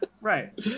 Right